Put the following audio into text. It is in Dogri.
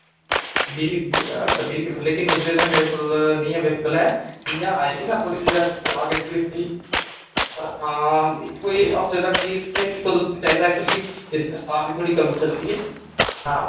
बीह् अच्छा बीह् किल्लो लेकिन इस वेल्लै मेरे कोल निं अवेलेबल ऐ जियां आए गी ना हां कोई हफ्ते तक ही तुसें कदू चाहिदा कि की इसलै स्टाक दी थोह्ड़ी कमी चलादी ऐ हां